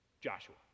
Joshua